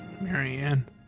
Marianne